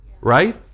right